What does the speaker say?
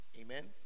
amen